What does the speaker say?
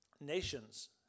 Nations